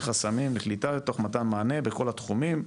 חסמים לקליטה ומתן מענה בכל התחומים,